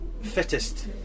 fittest